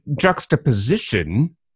juxtaposition